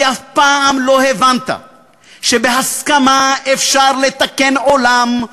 כי אף פעם לא הבנת שבהסכמה אפשר לתקן עולם,